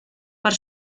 per